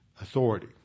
authority